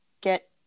get